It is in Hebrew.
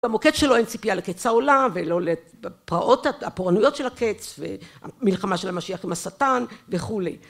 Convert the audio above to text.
במוקד שלו אין ציפייה לקץ העולם ולא לפרעות הפורעניות של הקץ והמלחמה של המשיח עם השטן וכולי.